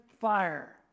fire